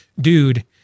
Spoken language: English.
dude